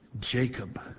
Jacob